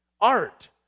art